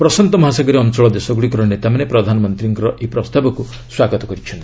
ପ୍ରଶାନ୍ତ ମହାସାଗରୀୟ ଅଞ୍ଚଳ ଦେଶଗୁଡ଼ିକର ନେତାମାନେ ପ୍ରଧାନମନ୍ତ୍ରୀଙ୍କର ଏହି ପ୍ରସ୍ତାବକୁ ସ୍ୱାଗତ କରିଛନ୍ତି